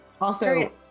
Also-